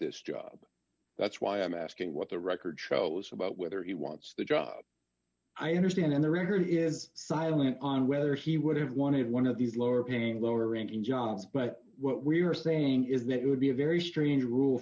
this job that's why i'm asking what the record shows about whether he wants the job i understand in the record is silent on whether he would have wanted one of these lower paying lower ranking jobs but what we are saying is that it would be a very strange rule